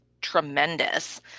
tremendous